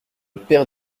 père